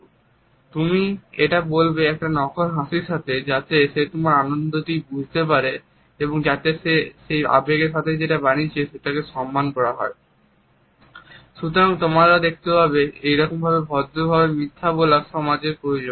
কিন্তু তুমি এটা বলবে একটা নকল হাসির সাথে যাতে সে তোমার আনন্দটি বুঝতে পারে এবং যাতে সে যে আবেগের সাথে এটা বানিয়েছে সেটাকে সম্মান দেওয়াসুতরাং তোমরা দেখতে পাবে যে এইরকম ভদ্রভাবে মিথ্যা বলা সমাজের প্রয়োজন